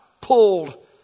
pulled